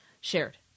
shared